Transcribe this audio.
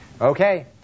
Okay